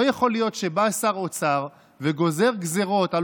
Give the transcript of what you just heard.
לא יכול להיות שבא שר אוצר וגוזר גזרות על